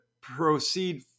proceed